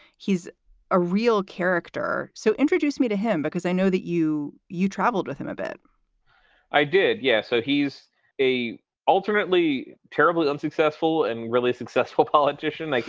he's a real character. so introduce me to him, because i know that you you traveled with him a bit i did, yeah. so he's a ultimately terribly unsuccessful and really successful politician, like